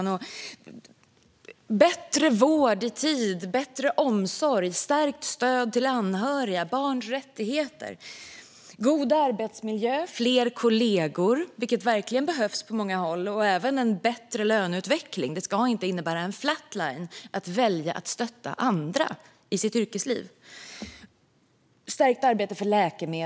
Det handlar om bättre vård i tid, om bättre omsorg, om stärkt stöd till anhöriga, om barns rättigheter, om god arbetsmiljö och om fler kollegor, vilket verkligen behövs på många håll. Det handlar även om en bättre löneutveckling. Det ska inte innebära en flat-line att välja att stötta andra i sitt yrkesliv. Det handlar om ett stärkt arbete när det gäller läkemedel.